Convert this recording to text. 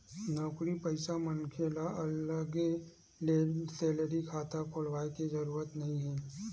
नउकरी पइसा मनखे ल अलगे ले सेलरी खाता खोलाय के जरूरत नइ हे